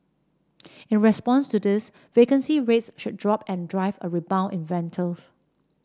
in response to this vacancy rates should drop and drive a rebound in rentals